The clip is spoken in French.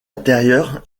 intérieur